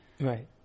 Right